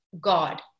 God